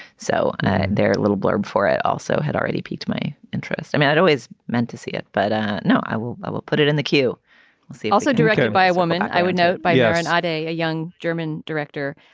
so they're a little blurb for it. also had already piqued my interest. i mean, i'd always meant to see it, but now i will i will put it in the queue. let's see also directed by a woman, i would note by yeah and day a young german director.